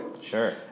Sure